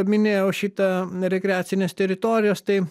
minėjau šitą rekreacines teritorijas tai